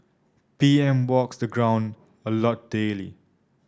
P M walks the ground a lot daily